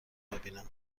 ببینم